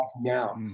now